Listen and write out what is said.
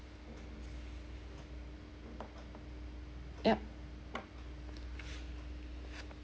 ya